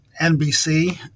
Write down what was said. NBC